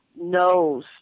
knows